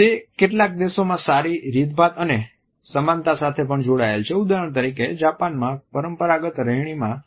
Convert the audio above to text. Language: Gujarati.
તે કેટલાક દેશોમાં સારી રીતભાત અને સમાનતા સાથે પણ જોડાયેલ છે ઉદાહરણ તરીકે જાપાનમાં પરંપરાગત રહેણીમાં